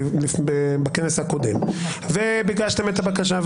הזה בכנס הקודם וביקשתם את הבקשה,